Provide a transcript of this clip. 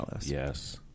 Yes